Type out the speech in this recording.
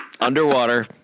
underwater